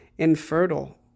infertile